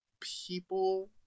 people